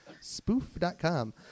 spoof.com